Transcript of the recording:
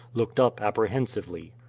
looked up apprehensively.